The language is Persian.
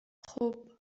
خوب